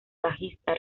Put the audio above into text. bajista